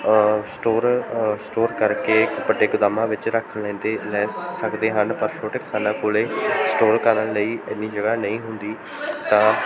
store store ਕਰਕੇ ਵੱਡੇ ਗੁਦਾਮਾਂ ਵਿੱਚ ਰੱਖ ਲੈਂਦੇ ਲੈ ਸਕਦੇ ਹਨ ਪਰ ਛੋਟੇ ਕਿਸਾਨਾਂ ਕੋਲ ਸਟੋਰ ਕਰਨ ਲਈ ਇੰਨੀ ਜਗ੍ਹਾ ਨਹੀਂ ਹੁੰਦੀ ਤਾਂ